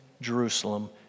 Jerusalem